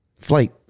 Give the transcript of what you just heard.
flight